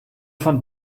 von